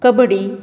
kabaddi